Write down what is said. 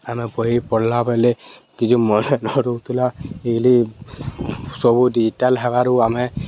ଆମେ ବହି ପଡ଼ିଲା ବେଲେ କିଛି ମନେ ନ ରହୁଥିଲା ଏ ସବୁ ଡିଜିଟାଲ ହେବାରୁ ଆମେ